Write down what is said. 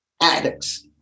addicts